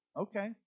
Okay